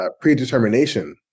predetermination